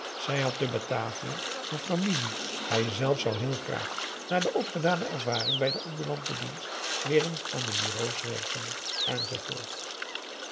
zij had te batavia haar familie hij zelf zou heel graag na de opgedane ervaring bij den ambulanten dienst weer eens aan de bureaux werken